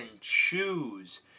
choose